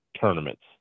tournaments